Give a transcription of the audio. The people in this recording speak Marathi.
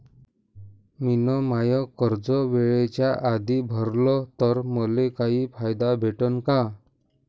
मिन माय कर्ज वेळेच्या आधी भरल तर मले काही फायदा भेटन का?